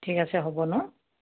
ঠিক আছে হ'ব ন